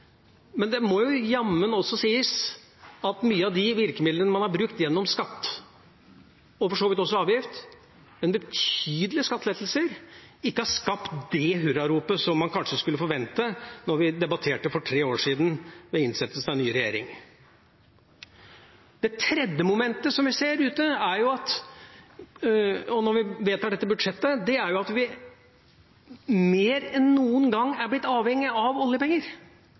Men det må jo også sies at mange av de virkemidlene man har brukt gjennom skatt og for så vidt også gjennom avgift – men betydelige skattelettelser – ikke har skapt det hurraropet som man kanskje skulle forventet da vi debatterte for tre år siden ved innsettelsen av en ny regjering. Det tredje momentet som vi ser ute, og når vi vedtar dette budsjettet, er at vi mer enn noen gang er blitt avhengig av oljepenger,